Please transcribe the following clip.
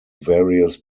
various